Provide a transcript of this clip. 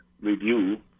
review